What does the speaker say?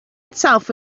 itself